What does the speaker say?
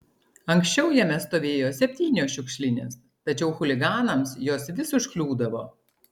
anksčiau jame stovėjo septynios šiukšlinės tačiau chuliganams jos vis užkliūdavo